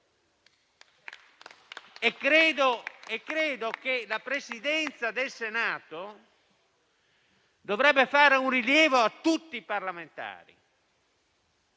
Credo che la Presidenza del Senato dovrebbe fare un rilievo a tutti i parlamentari.